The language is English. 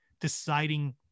deciding